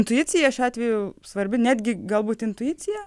intuicija šiuo atveju svarbi netgi galbūt intuicija